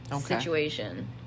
situation